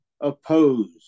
oppose